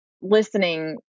listening